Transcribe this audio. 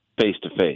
face-to-face